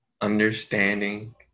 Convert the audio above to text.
understanding